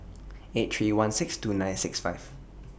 eight three one six two nine six five